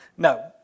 No